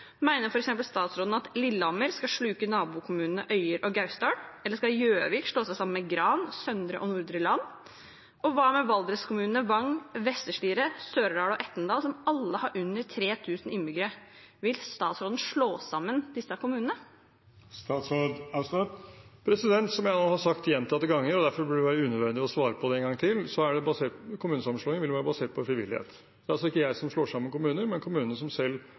med Gran og Søndre og Nordre Land? Og hva med Valdres-kommunene Vang, Vestre Slidre, Sør-Aurdal og Etnedal, som alle har under 3 000 innbyggere? Vil statsråden slå sammen disse kommunene? Som jeg har sagt gjentatte ganger – derfor burde det være unødvendig å svare på det en gang til – vil kommunesammenslåing være basert på frivillighet. Det er altså ikke jeg som slår sammen kommuner, men kommuner som selv